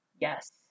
Yes